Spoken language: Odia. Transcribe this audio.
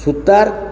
ସୁତାର